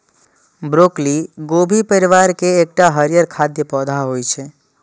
broccoli गोभी परिवार केर एकटा हरियर खाद्य पौधा होइ छै